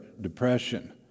depression